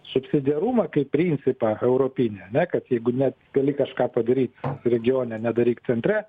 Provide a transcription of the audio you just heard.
subsidiarumą kaip principą europinį ane kad jeigu net gali kažką padaryt regione nedaryk centre